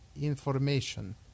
information